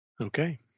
Okay